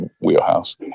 wheelhouse